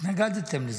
התנגדתם לזה?